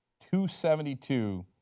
two seventy two,